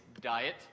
diet